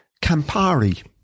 Campari